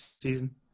season